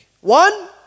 One